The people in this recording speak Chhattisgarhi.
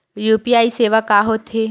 यू.पी.आई सेवा का होथे?